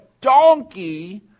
donkey